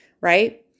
right